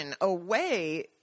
away